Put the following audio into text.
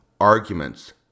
arguments